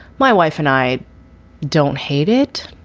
my wife and i don't hate it.